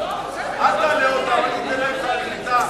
אל תעלה אותם, אל תיתן להם סל קליטה,